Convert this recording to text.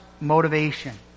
motivation